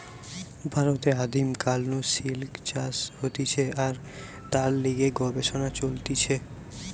ভারতে আদিম কাল নু সিল্ক চাষ হতিছে আর তার লিগে গবেষণা চলিছে